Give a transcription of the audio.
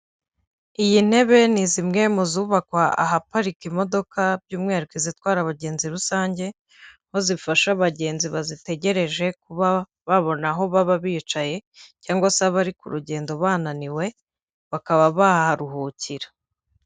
Iyi ntebe ni zimwe mu zubakwa ahaparika imodoka by'umwihariko izitwara abagenzi rusange, aho zifasha abagenzi bazitegereje kuba babona aho baba bicaye, cyangwa se abari ku rugendo bananiwe, bakaba baharuhukira.